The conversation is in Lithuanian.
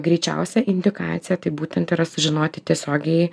greičiausia indikacija tai būtent yra sužinoti tiesiogiai